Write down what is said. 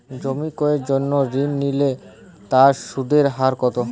জমি ক্রয়ের জন্য ঋণ নিলে তার সুদের হার কতো?